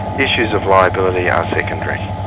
issues of liability are secondary.